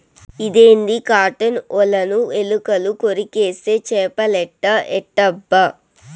ఇదేంది కాటన్ ఒలను ఎలుకలు కొరికేస్తే చేపలేట ఎట్టబ్బా